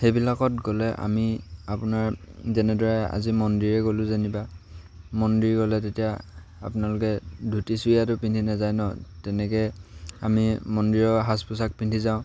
সেইবিলাকত গ'লে আমি আপোনাৰ যেনেদৰে আজি মন্দিৰেই গ'লোঁ জানিবা মন্দিৰ গ'লে তেতিয়া আপোনালোকে ধুতি চুৰিয়াতো পিন্ধি নাযায় ন তেনেকৈ আমি মন্দিৰৰ সাজ পোচাক পিন্ধি যাওঁ